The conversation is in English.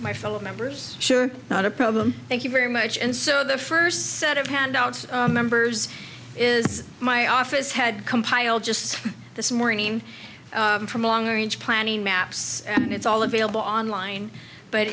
my fellow members sure not a problem thank you very much and so the first set of handouts members is my office had compiled just this morning from long range planning maps and it's all available online